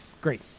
great